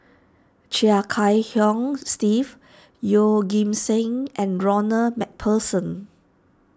Chia Kiah Hong Steve Yeoh Ghim Seng and Ronald MacPherson